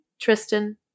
Tristan